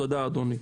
תודה, אדוני.